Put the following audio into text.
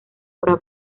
para